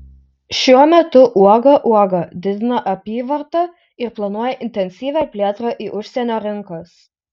šiuo metu uoga uoga didina apyvartą ir planuoja intensyvią plėtrą į užsienio rinkas